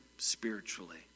Spiritually